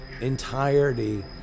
entirety